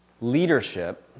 leadership